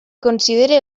considere